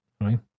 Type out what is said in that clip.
Right